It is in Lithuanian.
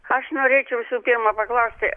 aš norėčiau visų pirma paklausti